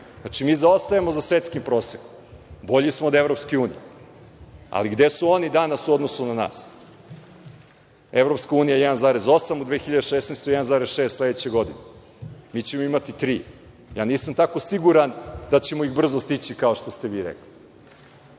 Znači, mi zaostajemo za svetskim prosekom. Bolji smo od EU, ali gde su oni danas u odnosu na nas. Evropska unija 1,8% u 2016. godini, 1,6% sledeće godine. Mi ćemo imati tri. Ja nisam tako siguran da ćemo ih brzo stići kao što ste vi rekli.